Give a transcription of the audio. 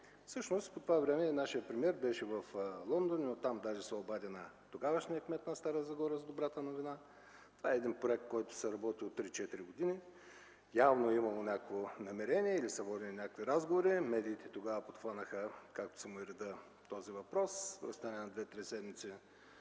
Всъщност, по това време нашият премиер беше в Лондон и оттам даже се обади на тогавашния кмет на Стара Загора с добрата новина. Това е проект, който се работи от 3-4 години, и явно е имало някакво намерение, водили са се някакви разговори. Медиите тогава подхванаха, както си му е редът, този въпрос и в разстояние на 2-3 седмици